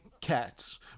cats